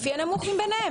לפי הנמוך מבניהם.